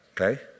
Okay